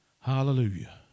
Hallelujah